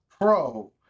Pro